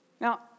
Now